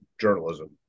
journalism